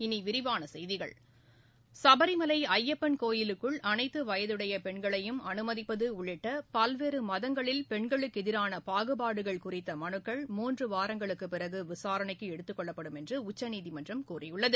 இனி விரிவான செய்திகள் சபரிமலை ஐயப்பன் கோவிலுக்குள் அனைத்து வயதுடைய பெண்களையும் அனுமதிப்பது உள்ளிட்ட பல்வேறு மதங்களில் பெண்களுக்கு எதிரான பாகுபாடுகள் குறித்த மனுக்கள் மூன்று வாரங்களுக்குப் பிறகு விசாரணைக்கு எடுத்துக் கொள்ளப்படும் என்று உச்சநீதிமன்றம் கூறியுள்ளது